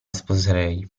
sposerei